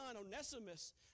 Onesimus